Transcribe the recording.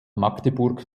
magdeburg